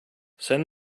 send